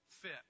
fit